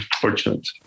fortunate